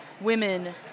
women